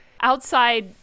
outside